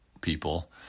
people